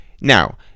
Now